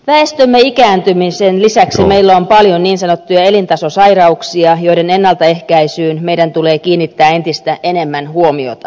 väestömme ikääntymisen lisäksi meillä on paljon niin sanottuja elintasosairauksia joiden ennaltaehkäisyyn meidän tulee kiinnittää entistä enemmän huomiota